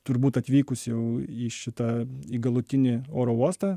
turbūt atvykus jau į šitą į galutinį oro uostą